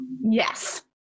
Yes